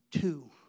two